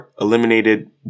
eliminated